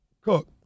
cook